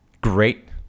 Great